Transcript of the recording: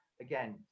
again